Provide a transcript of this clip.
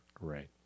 right